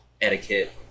etiquette